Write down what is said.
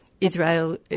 Israel